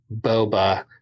Boba